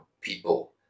people